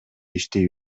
иштей